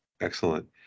Excellent